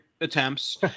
attempts